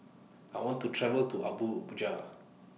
I want to travel to Abuja